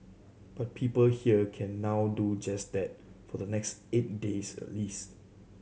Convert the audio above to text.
but people here can now do just that for the next eight days at least